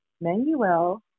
Manuel